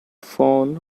phone